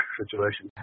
situation